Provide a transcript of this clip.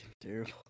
terrible